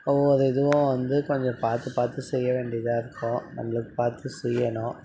ஒவ்வொரு இதுவும் வந்து கொஞ்சம் பார்த்து பார்த்து செய்ய வேண்டியதாக இருக்கும் நம்மளுக்கு பார்த்து செய்யணும்